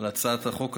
על הצעת החוק הזו,